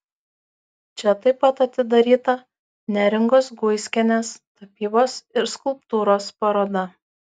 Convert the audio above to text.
čia taip pat atidaryta neringos guiskienės tapybos ir skulptūros paroda